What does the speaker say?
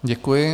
Děkuji.